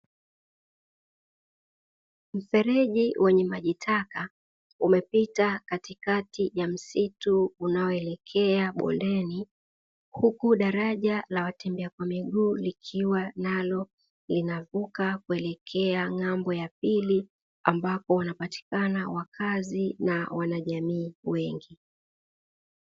Mfeleji wenye maji taka umepita katikati ya msitu unaoelekea bondeni, huku daraja la watembea kwa miguu likiwa nalo linavuka kuelekea ng'ambo ya pili ambapo unapatikana wakazi na wanajamii wengi.